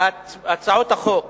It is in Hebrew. הצעות החוק